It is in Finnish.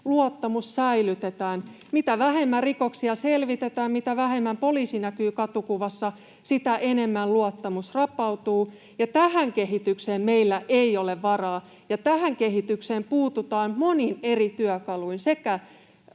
luottamus säilytetään. Mitä vähemmän rikoksia selvitetään, mitä vähemmän poliisi näkyy katukuvassa, sitä enemmän luottamus rapautuu, ja tähän kehitykseen meillä ei ole varaa. Tähän kehitykseen puututaan monin eri työkaluin: sekä